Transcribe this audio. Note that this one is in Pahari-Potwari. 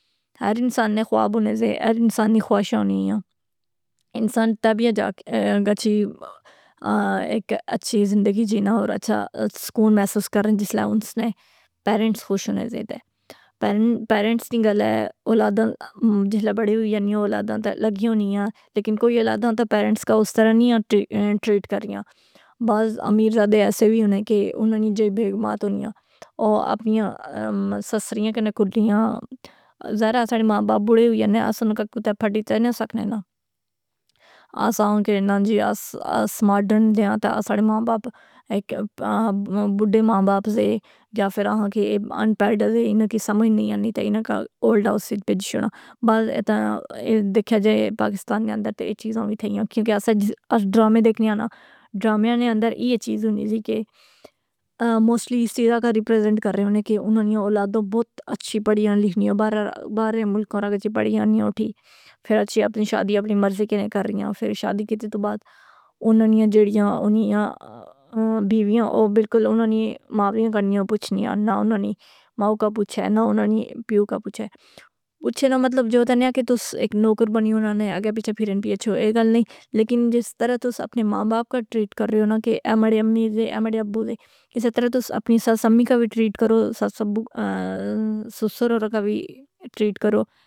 ہر انسان نے خواب بونے سے۔ ہر انسان نی خواہشاں ہونیاں۔ انسان طبی جا کہ ایک اچھی زندگی جینا اور اچھا سکون محسوس کرنا جسلے اس نے پیرنٹس خوش ہونے سے تہ۔ پیرنٹس نی گلہ اولاداں جسلے بڑی ہوئی جانیاں اولاداں تہ لگی ہونیاں لیکن کوئی اولاداں تہ پیرنٹس کا اس طرح نیاں ٹریٹ کرنیاں۔ بعض امیرزادے ایسے وی ہونے کہ اناں نی جیڑی بیگمات ہونیاں او اپنیاں سسریاں کنے۔ ظاہراے اساڑی ماں باپ بوڑے ہوئی انے اساں ناں کا کتھے پھڈی تہ نیا سکنے ناں۔ اس کہ نہ جی اس ماڈرن جیاں تہ اساڑے ماں باپ ایک بڈے ماں باپ زے۔ یا فر آخاں کہ انپڑھ زے۔ اناں کی سمجھ نی آنی تہ اناں کا اولڈ ہاؤس اچ بیجی شوڑاں۔ بل اے تہ اے دیکھیا جائے پاکستان نے اندرتہ اے چیزاں وی تھیاں۔ کیونکہ اسا جز ڈرامے دیکھنے آں ناں, ڈرامیاں نے اندر ائ چیز ہونی زی کہ موسٹلی اس چیزا کا ریپریزنٹ کر رنے ہونے کہ اناں نیاں اولادوں بہت اچھی پڑھیاں لکھنیاں، باہرے ملک اورہ گچھی پڑھی آنیاں اٹھی۔ فراچھی اپنی شادی اپنی مرضی کنے کرہیاں فرشادی کیتے تو بعد اناں نیاں جڑیاں ہنیاں بیویاں او بلکل اناں نی ماں وے کا نیاں پچھنیاں۔ نہ اناں نی ماؤ کا پوچھے نہ اناں نی پیو کا پوچھے۔ پوچھے نہ مطلب جو تہ نی آ کہ تُس ایک نوکر بنی اناں نے اگّے پچھے پھرین پی اچھو اے گل نی۔ لیکن جس طرح تُس اپنی ماں باپ کا ٹریٹ کررے ہو نا کہ اے ماڑی امّی دے اے ماڑے ابّودے اسے طرح تُس اپنی ساس امی کا وی ٹریٹ کرو، ساس سسراوراں کا وی ٹریٹ کرو.